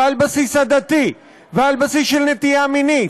על בסיס עדתי ועל בסיס של נטייה מינית.